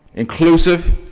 inclusive,